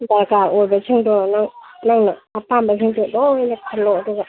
ꯗꯔꯀꯥꯔ ꯑꯣꯏꯕꯁꯤꯡꯗꯣ ꯑꯗꯨꯝ ꯅꯪꯅ ꯑꯄꯥꯝꯕꯁꯤꯡꯗꯣ ꯂꯣꯏꯅ ꯈꯜꯂꯣ ꯑꯗꯨꯒ